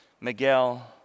Miguel